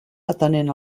atenent